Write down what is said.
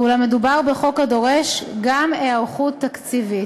ואולם מדובר בחוק הדורש גם היערכות תקציבית.